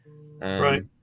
Right